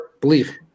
believe